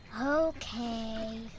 Okay